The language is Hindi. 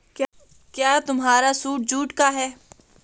क्या तुम्हारा सूट जूट का है?